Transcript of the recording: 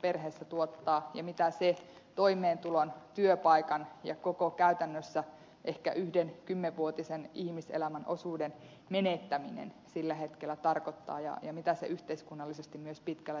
perheessä tuottaa ja mitä se toimeentulon työpaikan ja käytännössä koko ehkä yhden kymmenvuotisen ihmiselämän osuuden menettäminen sillä hetkellä tarkoittaa ja mitä se yhteiskunnallisesti myös pitkällä juoksulla merkitsee